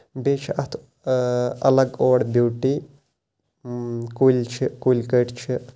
بیٚیہِ چھُ اَتھ اَلگ اور بیوٹی کُلۍ چھِ کُلۍ کٔٹۍ چھِ